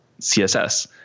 CSS